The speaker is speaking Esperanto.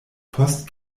post